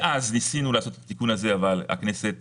מאז ניסינו לעשות את התיקון הזה אבל בכנסת